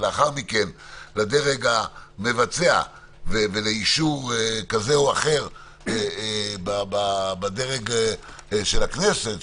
ולאחר מכן לדרג המבצע ולאישור כזה או אחר בדרג של הכנסת,